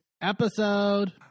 episode